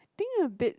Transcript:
think a bit